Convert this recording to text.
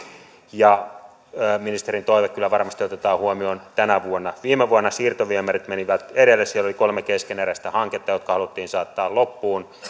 ja ministerin toive kyllä varmasti otetaan huomioon tänä vuonna viime vuonna siirtoviemärit menivät edelle siellä oli kolme keskeneräistä hanketta jotka haluttiin saattaa loppuun